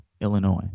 Illinois